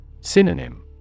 Synonym